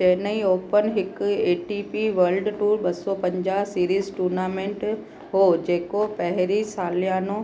Chennai open हिकु A T P world tour ॿ सौ पंजाह सीरीज़ टूर्नामेंट हो जेको पहिरीं सालियानो